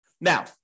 Now